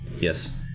Yes